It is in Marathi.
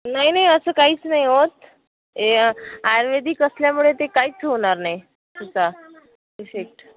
नाही नाही असं काहीच नाही होत ए आयुर्वेदिक असल्यामुळे ते काहीच होणार नाही त्याचा इफेक्ट